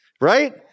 right